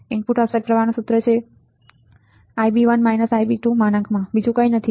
input offset પ્રવાહનું સૂત્ર |Ib1 Ib2| બીજું કંઈ નથી